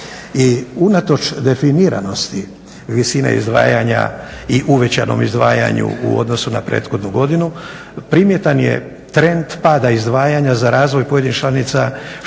unatoč definiranosti visine izdvajanja i uvećanom izdvajanju u odnosu na prethodnu godinu primjetan je trend pada izdvajanja za razvoj pojedinih članica što se pak